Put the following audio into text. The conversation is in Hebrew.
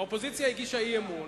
האופוזיציה הגישה אי-אמון,